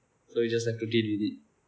so you just have to deal with it